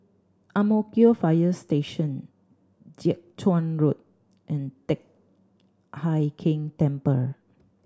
Ang Mo Kio Fire Station Jiak Chuan Road and Teck Hai Keng Temple